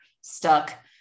stuck